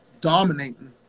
dominating